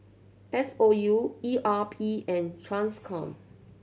S O U E R P and Transcom